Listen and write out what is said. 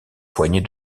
poignée